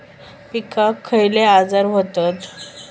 पिकांक खयले आजार व्हतत?